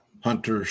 Hunter